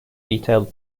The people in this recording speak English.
detailed